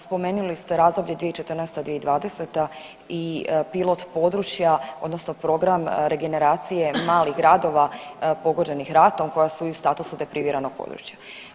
Spomenuli ste razdoblje 2014.-2020. i pilot područja odnosno program regeneracije malih gradova pogođenih ratom koji su i u statusu depriviranog područja.